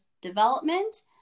development